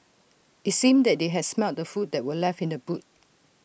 IT seemed that they had smelt the food that were left in the boot